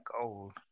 gold